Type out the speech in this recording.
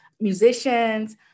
musicians